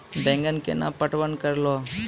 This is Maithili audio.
बैंगन केना पटवन करऽ लो?